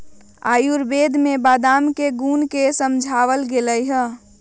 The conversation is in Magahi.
आयुर्वेद में बादाम के गुण के समझावल गैले है